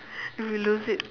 we will loose it